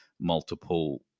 multiple